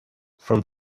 from